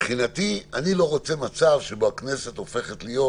אני לא רוצה מצב שבו הכנסת הופכת להיות